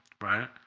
right